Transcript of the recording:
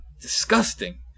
Disgusting